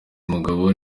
umugabo